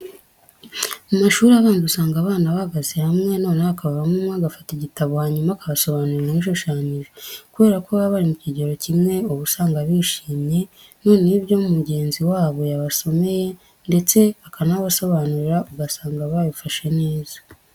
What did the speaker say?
Mu mashuri abanza usanga abana bahagaze hamwe, noneho hakavamo umwe agafata igitabo hanyuma akabasobanurira inkuru ishushanyije. Kubera ko baba bari mu kigero kimwe uba usanga bishimye, noneho ibyo mugenzi wabo yabasomeye ndetse akanabasobanurira ugasanga babifashe neza.